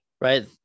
Right